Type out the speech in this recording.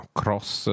cross